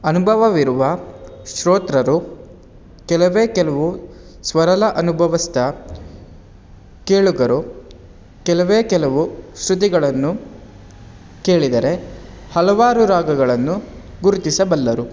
ಅನುಭವವಿರುವ ಶೋತ್ರರು ಕೆಲವೇ ಕೆಲವು ಸ್ವರಲ ಅನುಭವಿಸ್ತಾ ಕೇಳುಗರು ಕೆಲವೇ ಕೆಲವು ಶೃತಿಗಳನ್ನು ಕೇಳಿದರೆ ಹಲವಾರು ರಾಗಗಳನ್ನು ಗುರುತಿಸಬಲ್ಲರು